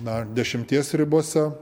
na dešimties ribose